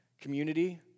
Community